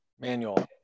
Manual